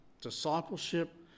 discipleship